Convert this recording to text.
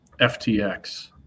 FTX